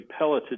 pelleted